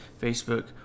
Facebook